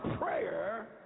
prayer